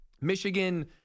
Michigan